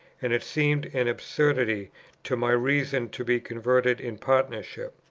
and it seemed an absurdity to my reason to be converted in partnership.